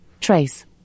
Trace